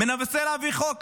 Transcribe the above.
מנסה להביא חוק.